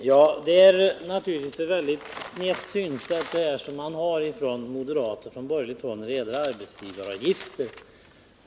Herr talman! Moderaternas och de övriga borgerligas sätt att se på arbetsgivaravgifter är verkligen mycket snett.